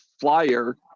flyer